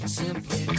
simply